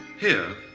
here,